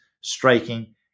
striking